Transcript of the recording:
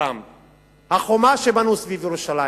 החומה שבנו סביב ירושלים,